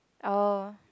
oh